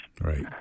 Right